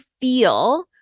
feel